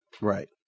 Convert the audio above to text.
Right